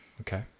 okay